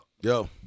yo